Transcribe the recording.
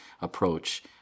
approach